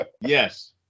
Yes